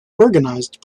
organised